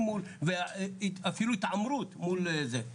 ואפילו התעמרות מול זה.